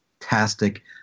fantastic